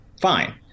Fine